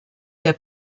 der